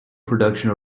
production